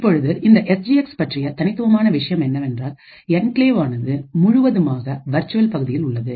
இப்பொழுது இந்த S G X பற்றிய தனித்துவமான விஷயம் என்னவென்றால் என்கிளேவானது முழுவதுமான வர்ச்சுவல் பகுதியில் உள்ளது